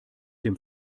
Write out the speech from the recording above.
dem